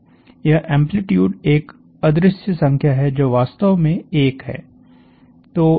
यह एम्प्लीट्यूड एक अदृश्य संख्या है जो वास्तव में 1 है